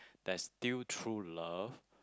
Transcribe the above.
there's still true love